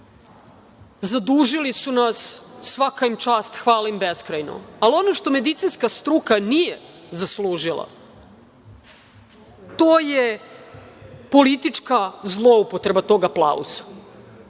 zadužili su nas, svaka im čast, hvala im beskrajno. Ali, ono što medicinska struka nije zaslužila to je politička zloupotreba tog aplauza.